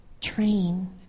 train